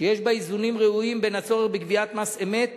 שיש בה איזונים ראויים בין הצורך בגביית מס אמת